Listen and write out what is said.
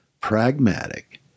pragmatic